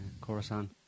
Khorasan